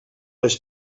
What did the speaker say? les